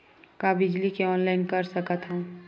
का बिजली के ऑनलाइन कर सकत हव?